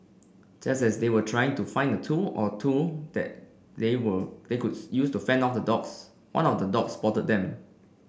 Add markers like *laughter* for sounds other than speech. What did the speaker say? just as they were trying to find tool or two that they will they could *unintelligible* use to fend off the dogs one of the dogs spotted them